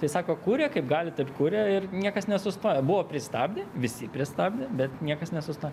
tai sako kuria kaip gali taip kuria ir niekas nesustojo buvo pristabdę visi pristabdė bet niekas nesustojo